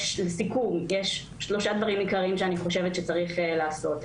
לסיכום: יש שלושה דברים עיקריים שאני חושבת שצריך לעשות.